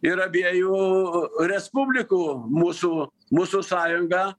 ir abiejų respublikų mūsų mūsų sąjungą